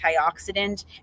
antioxidant